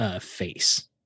face